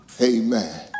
Amen